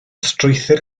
strwythur